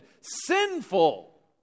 sinful